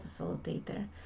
facilitator